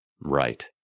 Right